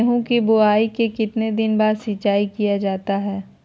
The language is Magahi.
गेंहू की बोआई के कितने दिन बाद सिंचाई किया जाता है?